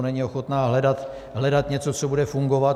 Není ochotná hledat něco, co bude fungovat.